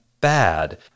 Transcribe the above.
bad